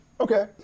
Okay